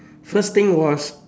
first thing was